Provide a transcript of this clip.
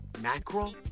mackerel